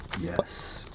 Yes